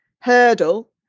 Hurdle